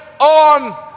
on